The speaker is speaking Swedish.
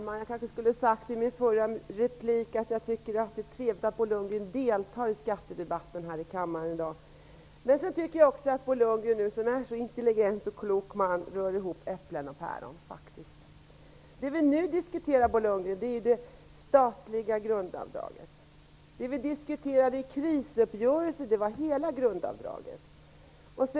Herr talman! Jag skulle kanske ha sagt i min förra replik att det är trevligt att Bo Lundgren deltar i skattedebatten i kammaren i dag. Jag tycker att Bo Lundgren, som är en så intelligent man, rör ihop äpplen och päron. Det vi nu diskuterar är det statliga grundavdraget. Det vi diskuterade i krisuppgörelsen var hela grundavdraget.